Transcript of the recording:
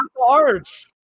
large